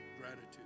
gratitude